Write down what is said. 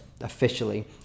officially